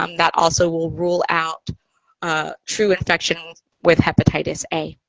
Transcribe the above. um that also will rule out true infection with hepatitis a.